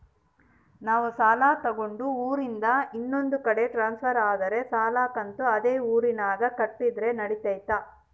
ನಾವು ಸಾಲ ತಗೊಂಡು ಊರಿಂದ ಇನ್ನೊಂದು ಕಡೆ ಟ್ರಾನ್ಸ್ಫರ್ ಆದರೆ ಸಾಲ ಕಂತು ಅದೇ ಊರಿನಾಗ ಕಟ್ಟಿದ್ರ ನಡಿತೈತಿ?